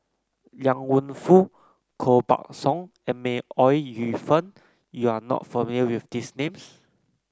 Liang Wenfu Koh Buck Song and May Ooi Yu Fen you are not familiar with these names